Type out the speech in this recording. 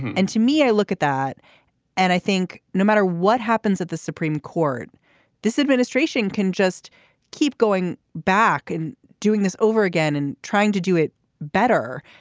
and to me i look at that and i think no matter what happens at the supreme court this administration can just keep going back and doing this over again and trying to do it better.